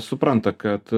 supranta kad